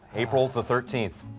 april thirteenth,